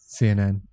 CNN